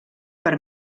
per